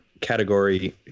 category